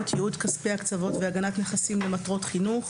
(ייעוד כספי הקצבות והגנת נכסים למטרות חינוך)